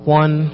one